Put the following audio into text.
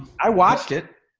i watched it.